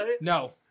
No